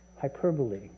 hyperbole